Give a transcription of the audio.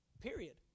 period